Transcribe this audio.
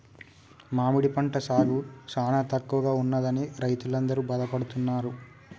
మామిడి పంట సాగు సానా తక్కువగా ఉన్నదని రైతులందరూ బాధపడుతున్నారు